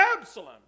Absalom